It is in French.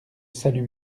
salut